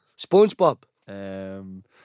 SpongeBob